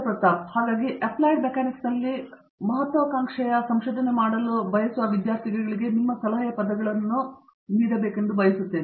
ಪ್ರತಾಪ್ ಹರಿಡೋಸ್ ಹಾಗಾಗಿ ನಾನು ಅಪ್ಲೈಡ್ ಮೆಕ್ಯಾನಿಕ್ಸ್ನಲ್ಲಿ ಮಹತ್ವಾಕಾಂಕ್ಷೆಯ ವಿದ್ಯಾರ್ಥಿಗೆ ನೀಡುವ ಸಲಹೆಯ ಬಗ್ಗೆ ನಿಮ್ಮ ಪದಗಳನ್ನು ಪಡೆಯಲು ಬಯಸುತ್ತೇನೆ